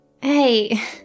Hey